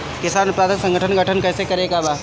किसान उत्पादक संगठन गठन कैसे करके बा?